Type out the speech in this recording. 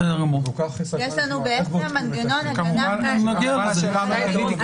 יש לנו מנגנון הגנה --- כמובן השאלה המרכזית היא איך